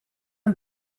and